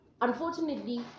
unfortunately